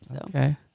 Okay